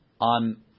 On